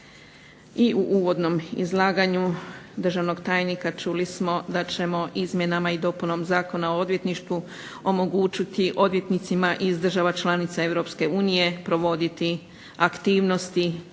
I u uvodnom izlaganju državnog tajnika čuli smo da ćemo izmjenama i dopunom zakona o odvjetništvu omogućiti odvjetnicima iz država članica Europske u nije provoditi aktivnosti